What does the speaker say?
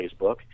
Facebook